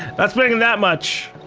not spending that much.